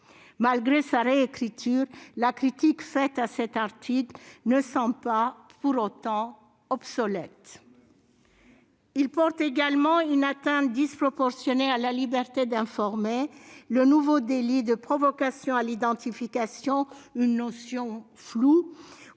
Malgré sa réécriture, la critique faite à cet article ne semble pas pour autant obsolète. La proposition de loi porte également une atteinte disproportionnée à la liberté d'informer. Le nouveau délit de provocation à l'identification, une notion floue,